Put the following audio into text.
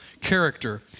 character